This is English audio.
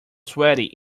sweaty